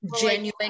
genuine